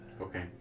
Okay